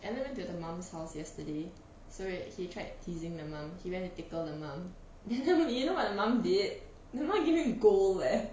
alan went to the mum's house yesterday so right he tried teasing the mum he went to tickle the mom then know what the mum did the mum give him gold leh